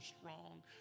strong